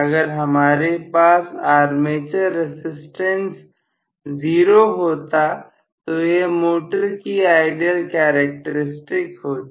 अगर हमारे पास आर्मेचर रसिस्टेंस जीरो होता तो यह मोटर की आइडियल कैरेक्टरिस्टिक होती